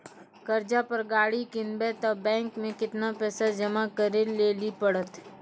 कर्जा पर गाड़ी किनबै तऽ बैंक मे केतना पैसा जमा करे लेली पड़त?